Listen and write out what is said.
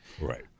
Right